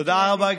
תודה רבה.